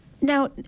now